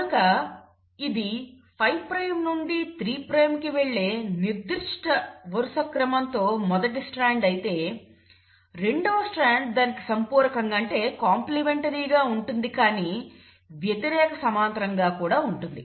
కనుక ఇది 5 ప్రైమ్ నుండి 3 ప్రైమ్కి వెళ్లే నిర్దిష్ట వరుస క్రమంతో మొదటి స్ట్రాండ్ అయితే రెండవ స్ట్రాండ్ దానికి సంపూరకంగా కాంప్లిమెంటరీగా ఉంటుంది కానీ వ్యతిరేక సమాంతరంగా కూడా ఉంటుంది